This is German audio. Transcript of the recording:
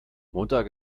montag